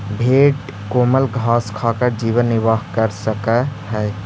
भेंड कोमल घास खाकर जीवन निर्वाह कर सकअ हई